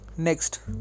Next